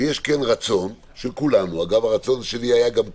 שיש רצון של כולנו, אגב הרצון שלי היה גם קודם,